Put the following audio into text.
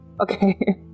Okay